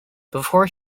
before